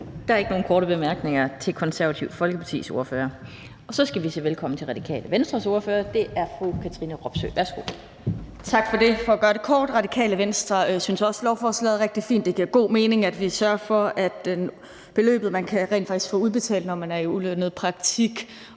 Der er ikke nogen korte bemærkninger til Det Konservative Folkepartis ordfører. Så skal vi sige velkommen til Radikale Venstres ordfører, og det er fru Katrine Robsøe. Værsgo. Kl. 15:34 (Ordfører) Katrine Robsøe (RV): Tak for det. Jeg skal gøre det kort. Radikale Venstre synes også, lovforslaget er rigtig fint. Det giver god mening, at vi sørger for, at beløbet, man rent faktisk kan få udbetalt, når man er i ulønnet praktik,